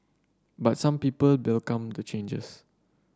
but some people welcome the changes